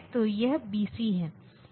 तो यह गलत है